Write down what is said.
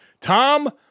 Tom